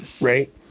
right